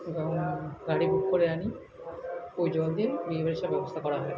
যেমন গাড়ি বুক করে আনি ওই জল দিয়ে বিয়ে বাড়ির সব ব্যবস্থা করা হয়